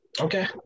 Okay